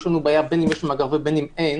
יש לנו בעיה בין אם יש מאגר בין אם אין